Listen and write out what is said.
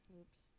Oops